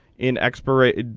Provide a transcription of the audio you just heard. in expiration day.